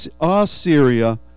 Assyria